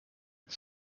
het